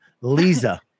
Lisa